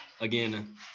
again